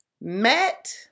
met